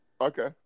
okay